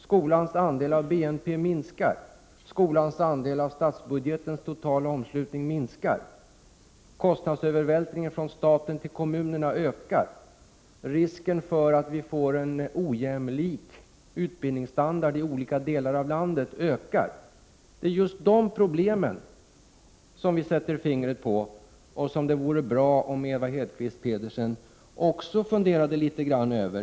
Skolans andel av BNP minskar och skolans andel av statsbudgetens totala omslutning minskar. Kostnadsövervältringen från staten till kommunerna ökar. Därmed ökar risken för att vi får en ojämlik utbildningsstandard i olika delar av landet. Det är dessa problem som vi sätter fingret på och som det vore bra om Ewa Hedkvist Petersen också funderade litet grand över.